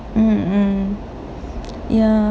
mm mm ya